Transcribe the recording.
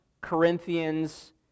Corinthians